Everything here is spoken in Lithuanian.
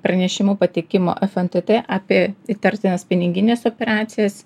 pranešimų pateikimo fntt apie įtartinas pinigines operacijas